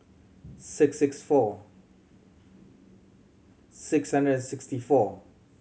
six six four